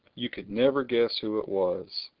you could never guess who it was.